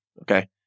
Okay